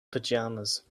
pajamas